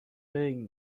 being